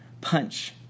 punch